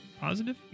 positive